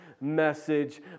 message